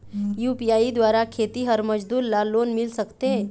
UPI द्वारा खेतीहर मजदूर ला लोन मिल सकथे?